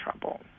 trouble